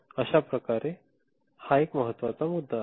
अश्या प्रकारे हा एक महत्वाचा मुद्दा आहे